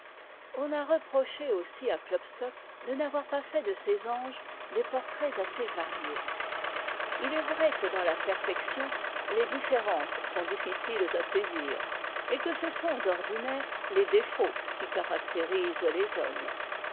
on a reproché aussi à klopstock de n'avoir pas fait de ses anges des portraits assez variés il est vrai que dans la perfection les différences sont difficiles à saisir et que cesont d'ordinaire les défauts qui caractérisent les hommes